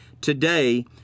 Today